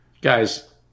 Guys